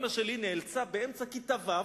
אמא שלי נאלצה באמצע כיתה ו'